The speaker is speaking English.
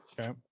Okay